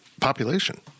population